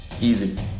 Easy